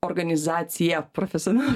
organizacija profesionalaus